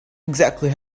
exactly